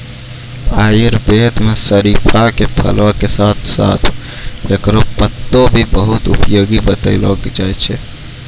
आयुर्वेद मं शरीफा के फल के साथं साथं हेकरो पत्ता भी बहुत उपयोगी बतैलो जाय छै